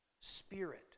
spirit